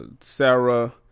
Sarah